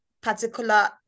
particular